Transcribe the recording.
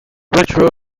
retro